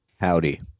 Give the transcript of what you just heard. Howdy